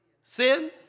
Sin